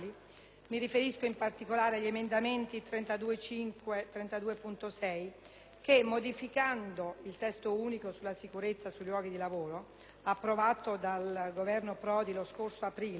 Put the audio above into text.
Mi riferisco, in particolare, agli emendamenti 32.5 e 32.6 che, modificando il testo unico sulla sicurezza sui luoghi di lavoro (approvato dal Governo Prodi lo scorso aprile),